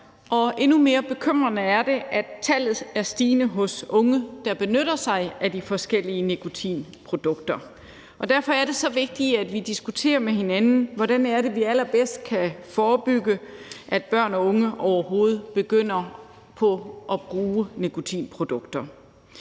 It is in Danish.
og endnu mere bekymrende er det, at tallet er stigende hos unge, der benytter sig af de forskellige nikotinprodukter. Derfor er det så vigtigt, at vi diskuterer med hinanden, hvordan vi allerbedst kan forebygge, at børn og unge overhovedet begynder at bruge nikotinprodukter.